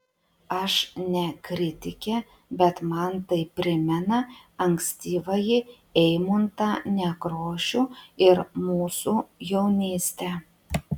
aš ne kritikė bet man tai primena ankstyvąjį eimuntą nekrošių ir mūsų jaunystę